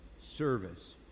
service